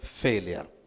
failure